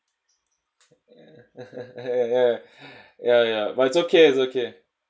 yeah yeah ya ya ya but it's okay it's okay